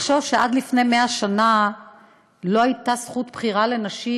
לחשוב שעד לפני 100 שנה לא הייתה זכות בחירה לנשים,